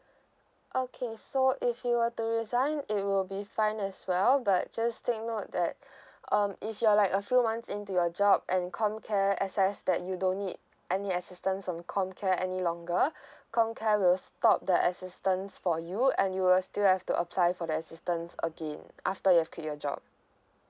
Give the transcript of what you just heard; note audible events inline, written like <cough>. <breath> okay so if you were to resign it will be fine as well but just take note that <breath> um if you're like a few months into your job and comcare access that you don't need any assistance from comcare any longer <breath> comcare will stop the assistance for you and you will still have to apply for the assistance again after you have quit your job